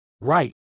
right